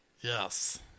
Yes